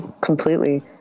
completely